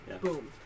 boom